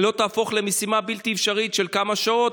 לא תהפוך למשימה בלתי אפשרית של כמה שעות.